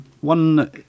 one